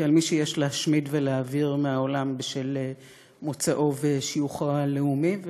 כעל מי שיש להשמיד ולהעביר מהעולם בשל מוצאו ושיוכו הלאומי.